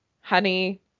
honey